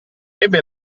ebbe